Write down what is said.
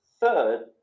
Third